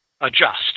adjust